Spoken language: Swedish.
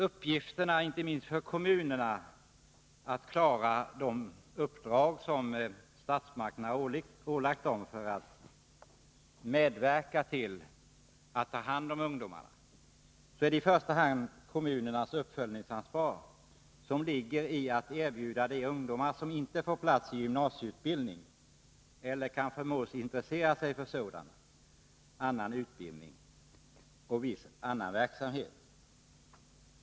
Beträffande inte minst kommunernas uppgift att klara de uppdrag som statsmakterna ålagt kommunerna när det gäller att ta hand om ungdomarna är att säga att kommunerna i första hand har ett uppföljningsansvar, innebärande ett erbjudande till de ungdomar som inte får plats i gymnasieutbildningen, eller inte kan förmås intressera sig för sådan annan kortare utbildning eller arbetslivserfarenhet.